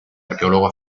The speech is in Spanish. arqueólogo